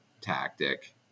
tactic